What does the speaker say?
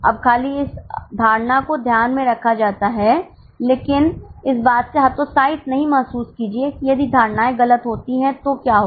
अब हालांकि इस धारणा को ध्यान में रखा जाता है लेकिन इस बात से हतोत्साहित नहीं महसूस कीजिए कि यदि धारणाएं गलत होंगी तो क्या होगा